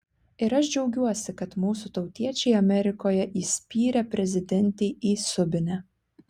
ir aš džiaugiuosi kad mūsų tautiečiai amerikoje įspyrė prezidentei į subinę